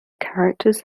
characters